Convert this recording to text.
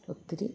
ഒത്തിരി